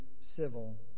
civil